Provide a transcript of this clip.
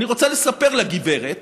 אני רוצה לספר לגברת